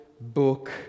book